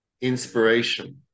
inspiration